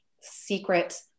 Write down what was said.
secret